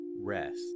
rest